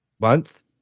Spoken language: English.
month